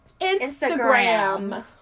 Instagram